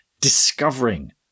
discovering